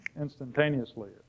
instantaneously